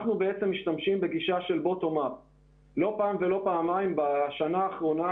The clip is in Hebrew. אנחנו בעצם משתמשים בגישה של --- לא פעם ולא פעמיים בשנה האחרונה,